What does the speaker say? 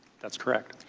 that's correct.